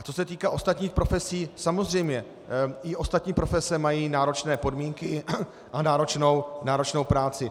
Co se týká ostatních profesí, samozřejmě i ostatní profese mají náročné podmínky a náročnou práci.